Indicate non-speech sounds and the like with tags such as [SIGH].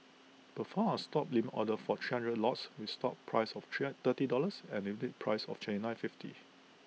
perform A stop limit order for three hundred lots with stop price of [UNINTELLIGIBLE] thirty dollars and limit price of twenty nine fifty